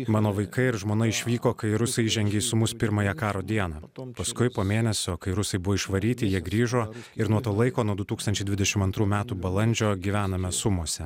mano vaikai ir žmona išvyko kai rusai įžengė į sumus pirmąją karo dieną paskui po mėnesio kai rusai buvo išvaryti jie grįžo ir nuo to laiko nuo du tūkstančiai dvidešim antrų metų balandžio gyvename sumose